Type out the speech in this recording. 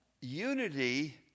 Unity